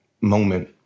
moment